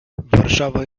warszawa